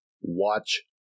Watch